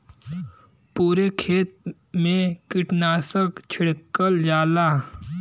पुरे खेत मे कीटनाशक छिड़कल जाला